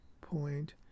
point